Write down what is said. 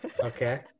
Okay